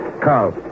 Carl